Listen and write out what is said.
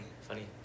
funny